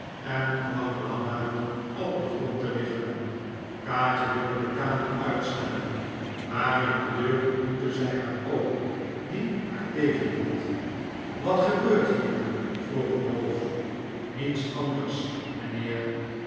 en kwam languit op den grond te liggen kaatje wilde de kamer uitsnellen maar in de deur ontmoette zij haar oom die haar tegenhield wat gebeurt hier vroeg ralph niets anders mijnheer